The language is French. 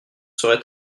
serait